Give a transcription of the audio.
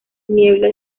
niebla